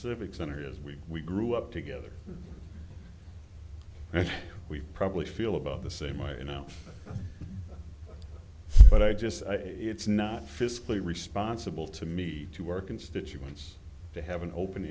civic center is we we grew up together and we probably feel about the same i you know but i just it's not fiscally responsible to me to work constituents to have an open